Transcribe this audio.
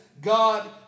God